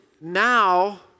now